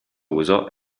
uso